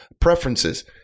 preferences